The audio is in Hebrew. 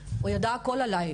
והוא ידע הכול עלי.